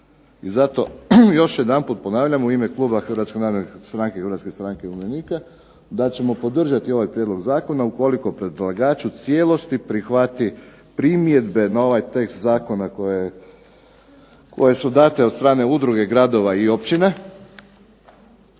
I zato još jedanput ponavljam u ime kluba Hrvatske narodne stranke i Hrvatske stranke umirovljenika da ćemo podržati ovaj prijedlog zakona ukoliko predlagač u cijelosti prihvati primjedbe na ovaj tekst zakona koje su date od strane udruga gradova i općina,